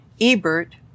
Ebert